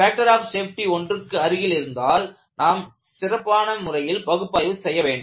factor of safety ஒன்றுக்கு அருகில் இருந்தால் நாம் சிறப்பான பகுப்பாய்வு செய்ய வேண்டும்